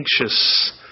anxious